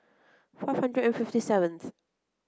five hundred and fifty seventh